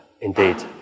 Indeed